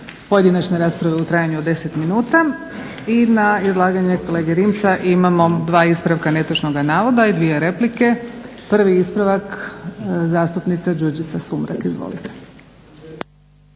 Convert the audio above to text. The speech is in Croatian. pojedinačne rasprave u trajanju od 10 minuta i na izlaganje kolegi Rimca imamo 2 ispravka netočnog navoda, i 2 replike. Prvi ispravak zastupnica Đurđica Sumrak. Izvolite.